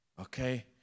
Okay